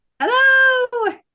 Hello